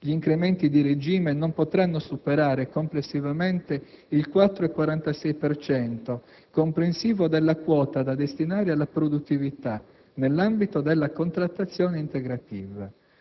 Gli incrementi di regime non potranno superare complessivamente il 4,46 per cento, comprensivo della quota da destinare alla produttività